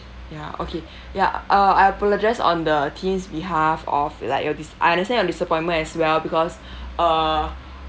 ya okay ya uh I apologise on the team's behalf of like your disa~ I understand your disappointment as well because uh